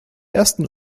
ersten